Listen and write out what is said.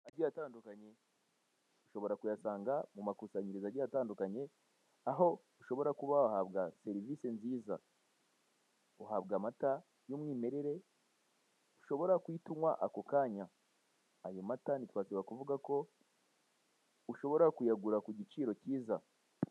Amajwi atandukanye ushobora kuyasanga mu makusanyirizo agiye atandukanye aho ushobora kuba wahabwa serivisi nziza, uhabwa amata y'umwimerere ushobora kuyituma ako kanya hanyuma ntitwasiba kuvuga ko ushobora kuyagura ku giciro cyiza.